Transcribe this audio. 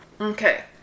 Okay